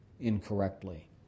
incorrectly